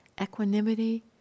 Equanimity